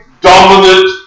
dominant